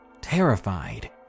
terrified